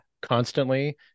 constantly